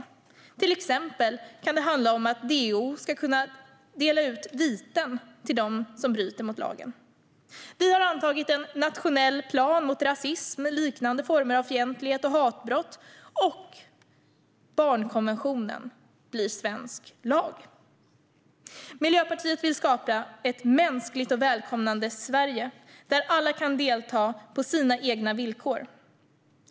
Det kan till exempel handla om att DO ska kunna utdöma viten för dem som bryter mot lagen. Vi har antagit en nationell plan mot rasism, liknande former av fientlighet och hatbrott, och barnkonventionen blir svensk lag. Miljöpartiet vill skapa ett mänskligt och välkomnande Sverige, där alla kan delta på sina egna villkor.